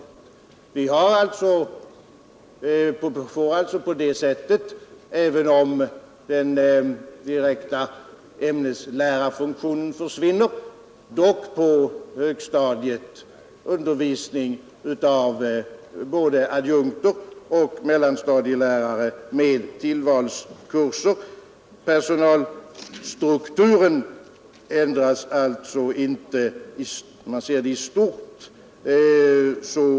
Vi får alltså på det viset, även om den direkta ämneslärarfunktionen försvinner, på högstadiet undervisning av både adjunkter och mellanstadielärare med tillvalskurser. Personalstrukturen på högstadiet ändras alltså inte, om man ser det i stort.